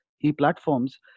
e-platforms